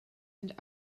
and